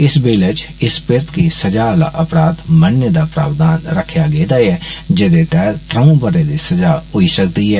इस बिल च इस पिरत गी सजा आला अपराध मननै दा प्रावधान रक्खेआ गेदा ऐ जेदे तैहत त्रंऊ बरें दी सजा होई सकदी ऐ